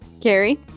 Carrie